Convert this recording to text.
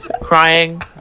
crying